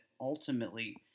ultimately